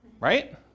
right